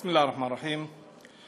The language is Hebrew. בסם אללה א-רחמאן א-רחים.